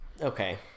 Okay